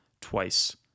twice